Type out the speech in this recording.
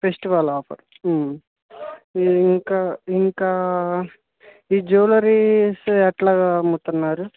festival offer ఇంక ఇంకా ఈ జువెలరీస్ ఎట్లా అమ్ముతున్నారు